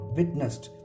witnessed